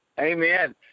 Amen